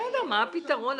מה הפתרון?